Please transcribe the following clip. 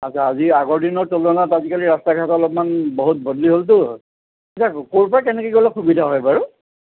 তাৰ পৰা আজি আগৰ দিনৰ তুলনাত আজি কালি ৰাষ্টা ঘাট অলপমান বহুত বদলি হ'লটো এতিয়া ক'ৰ পৰা কেনেকৈ গ'লে সুবিধা হয় বাৰু